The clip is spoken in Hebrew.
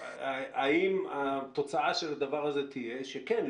האם התוצאה של הדבר הזה תהיה שכן,